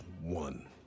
one